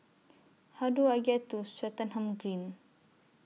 How Do I get to Swettenham Green